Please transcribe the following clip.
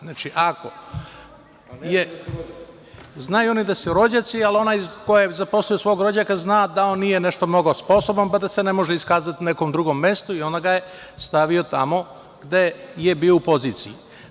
Znaju oni da su rođaci, ali onaj koji je zaposlio svog rođaka zna da on nije nešto mnogo sposoban, pa se ne može iskazati na nekom drugom mestu i stavio ga je tamo gde je bio u poziciji.